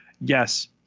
Yes